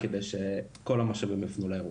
על מנת שכל המשאבים יופנו לאירוע.